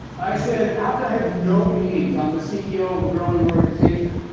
i said, how could i have no meetings? i'm the ceo of a growing organization.